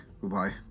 goodbye